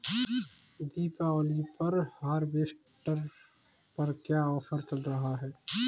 दीपावली पर हार्वेस्टर पर क्या ऑफर चल रहा है?